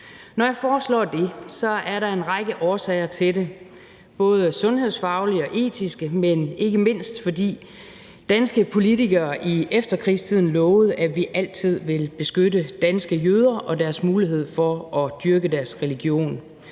Når jeg foreslår det, er der en række årsager til det, både sundhedsfaglige og etiske, men ikke mindst fordi danske politikere i efterkrigstiden lovede, at vi altid vil beskytte danske jøder og deres mulighed for at dyrke deres religion.